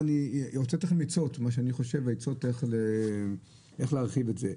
אני רוצה לתת לכם עצות, איך להרחיב את זה.